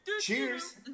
cheers